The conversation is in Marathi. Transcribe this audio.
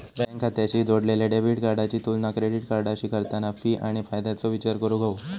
बँक खात्याशी जोडलेल्या डेबिट कार्डाची तुलना क्रेडिट कार्डाशी करताना फी आणि फायद्याचो विचार करूक हवो